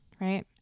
right